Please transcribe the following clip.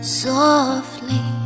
softly